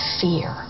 fear